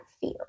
fear